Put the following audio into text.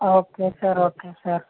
okay sir okay sir